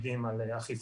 צפוי